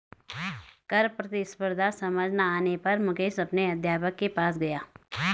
कर प्रतिस्पर्धा समझ ना आने पर मुकेश अपने अध्यापक के पास गया